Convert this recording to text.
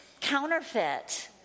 counterfeit